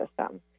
system